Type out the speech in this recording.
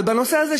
אבל בנושא הזה,